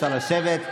אפשר לשבת,